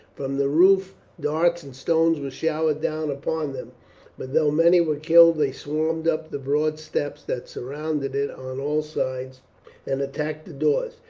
from the roof darts and stones were showered down upon them but though many were killed they swarmed up the broad steps that surrounded it on all sides and attacked the doors.